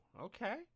okay